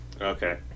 Okay